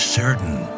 certain